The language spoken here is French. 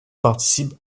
participe